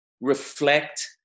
reflect